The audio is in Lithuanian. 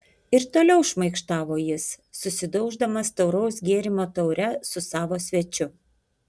ir toliau šmaikštavo jis susidauždamas tauraus gėrimo taure su savo svečiu